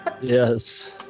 yes